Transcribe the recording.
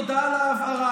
תודה על ההבהרה,